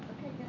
Okay